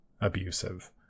abusive